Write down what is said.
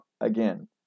again